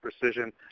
precision